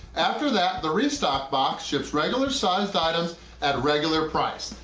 after that, the restock box ships regular-sized items at regular price.